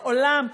בעולם.